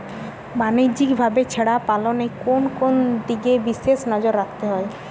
বাণিজ্যিকভাবে ভেড়া পালনে কোন কোন দিকে বিশেষ নজর রাখতে হয়?